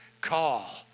call